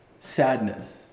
sadness